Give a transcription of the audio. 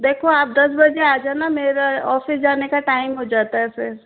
देखो आप दस बजे आ जाना मेरा ऑफिस जाने का टाइम हो जाता है फिर